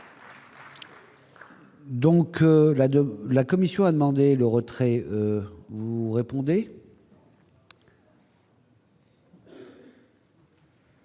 de la Commission a demandé le retrait, vous répondez.